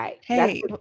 Hey